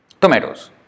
tomatoes